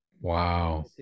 Wow